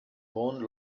bone